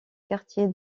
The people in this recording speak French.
quartier